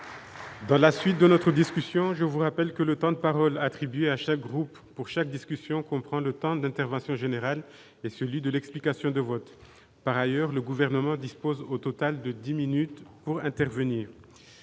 Dans la suite de notre discussion, je vous rappelle que le temps de parole attribués à chaque groupe pour chaque discussion qu'on prend le temps d'intervention général et celui de l'explication de vote par ailleurs le gouvernement dispose au total de 10 minutes pour intervenir,